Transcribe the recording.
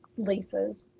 leases.